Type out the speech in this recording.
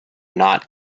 not